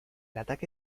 ataque